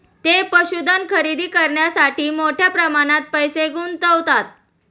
ते पशुधन खरेदी करण्यासाठी मोठ्या प्रमाणात पैसे गुंतवतात